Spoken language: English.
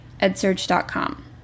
edsearch.com